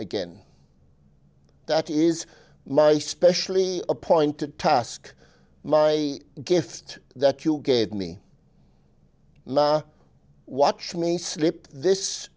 again that is my specially appointed task my gift that you gave me watch me slip this